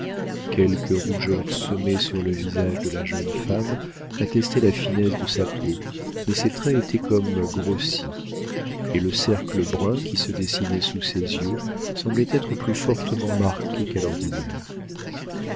quelques rougeurs semées sur le visage de la jeune femme attestaient la finesse de sa peau mais ses traits étaient comme grossis et le cercle brun qui se dessinait sous ses yeux semblait être plus fortement marqué qu'à l'ordinaire